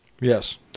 Yes